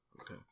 Okay